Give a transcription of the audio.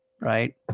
right